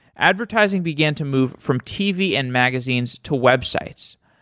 advertising began to move from tv and magazines to websites.